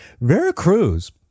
Veracruz